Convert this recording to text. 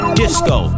disco